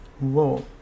whoa